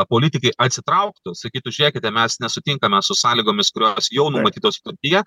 politikai atsitrauktų sakytų žiūrėkite mes nesutinkame su sąlygomis kurios jau numatytos sutartyje